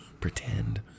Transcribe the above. pretend